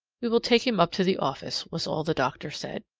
we will take him up to the office, was all the doctor said.